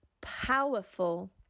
powerful